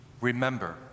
Remember